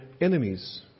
enemies